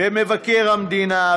ממבקר המדינה,